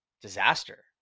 disaster